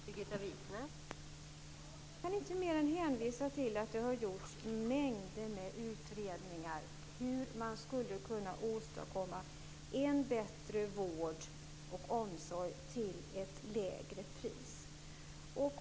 Fru talman! Jag kan inte mer än hänvisa till att det har gjorts mängder av utredningar om hur man skulle kunna åstadkomma en bättre vård och omsorg till ett lägre pris.